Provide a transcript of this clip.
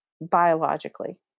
biologically